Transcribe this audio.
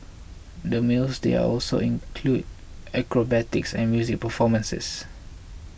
the meals there also include acrobatics and music performances